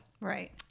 Right